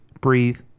breathe